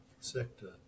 sector